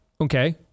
okay